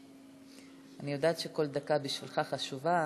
אני יודעת שכל דקה בשבילך חשובה,